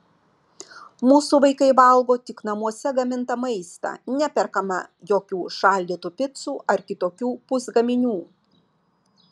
mūsų vaikai valgo tik namuose gamintą maistą neperkame jokių šaldytų picų ar kitokių pusgaminių